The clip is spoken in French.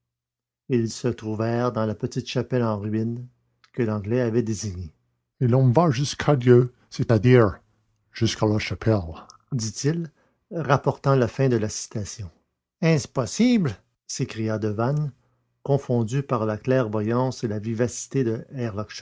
ils se trouvèrent dans la petite chapelle en ruines que l'anglais avait désignée et l'on va jusqu'à dieu c'est-à-dire jusqu'à la chapelle dit-il rapportant la fin de la citation est-ce possible s'écria devanne confondu par la clairvoyance et la vivacité de